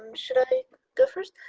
should i go first?